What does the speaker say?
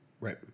Right